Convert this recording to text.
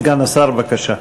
סגן השר, בבקשה.